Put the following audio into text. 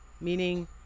Meaning